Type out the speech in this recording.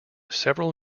several